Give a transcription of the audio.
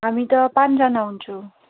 हामी त पाँचजना हुन्छौँ